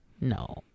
No